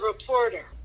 reporter